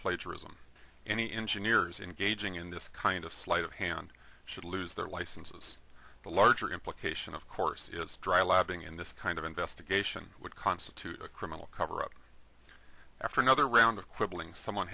plagiarism any engineers engaging in this kind of sleight of hand should lose their licenses the larger implication of course is dry lobbying in this kind of investigation would constitute a criminal cover up after another round of quibbling someone